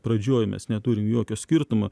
pradžioj mes neturim jokio skirtumo